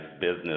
business